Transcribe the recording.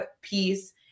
piece